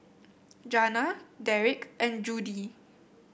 Jana Derik and Judie